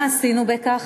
מה עשינו בכך?